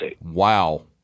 Wow